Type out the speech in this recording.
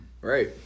Right